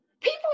people